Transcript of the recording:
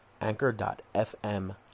anchor.fm